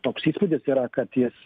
toks įspūdis yra kad jis